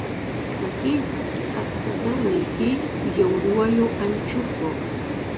sakei kad save laikei bjauriuoju ančiuku